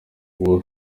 nguwo